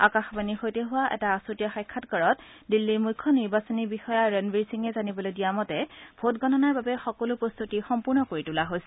আকাশবাণীৰ সৈতে হোৱা এটা আছুতীয়া সাক্ষাৎকাৰত দিল্লীৰ মুখ্য নিৰ্বাচনী বিষয়া ৰণবীৰ সিঙে জানিবলৈ দিয়া মতে ভোটগণনাৰ বাবে সকলো প্ৰস্তুতি সম্পূৰ্ণ কৰি তোলা হৈছে